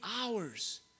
hours